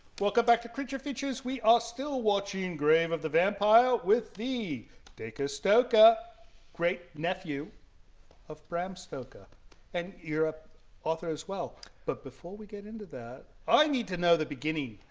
welcome back to creature features we are still watching and grave of the vampire with thee dacre stoker great nephew of bram stoker and your a author as well but before we get into that i need to know the beginning